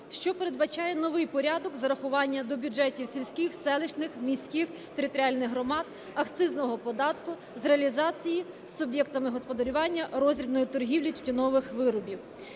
що передбачає новий порядок зарахування до бюджетів сільських, селищних, міських територіальних громад акцизного податку з реалізації суб'єктами господарювання роздрібної торгівлі тютюнових виробів.